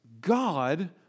God